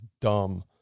Dumb